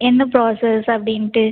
என்ன ப்ராசஸ் அப்படின்ட்டு